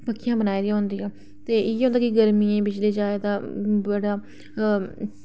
पक्खियां बनाई दियां होंदियां ते इ'यै गर्मियें ई बिजली जा तां बड़ा